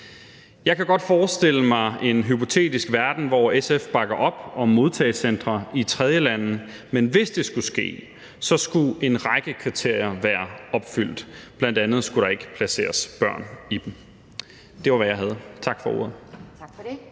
Jeg kan godt forestille mig en hypotetisk verden, hvor SF bakker op om modtagecentre i tredjelande, men hvis det skulle ske, skulle en række kriterier være opfyldt. Bl.a. skulle der ikke placeres børn i dem. Det var, hvad jeg havde. Tak for ordet.